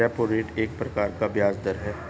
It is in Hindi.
रेपो रेट एक प्रकार का ब्याज़ दर है